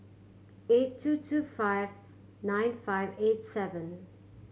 eight two two five nine five eight seven